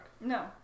No